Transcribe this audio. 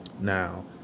Now